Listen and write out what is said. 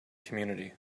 community